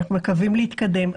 ואנחנו מקווים להתקדם.